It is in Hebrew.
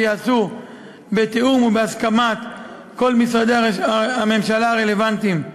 בתיאום ובהסכמת כל משרדי הממשלה הרלוונטיים,